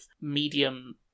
medium